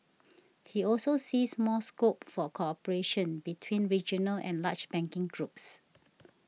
he also sees more scope for cooperation between regional and large banking groups